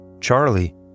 Charlie